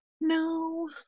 No